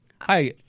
Hi